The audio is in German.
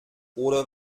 oder